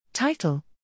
Title